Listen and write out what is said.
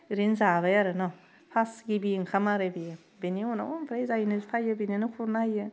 ओरैनो जाबाय आरो न' फास गिबि ओंखाम आरो बियो बेनि उनाव ओमफाय जायनो फैयो बेनोनो खुरना होयो